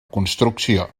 construcció